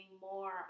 more